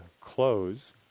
close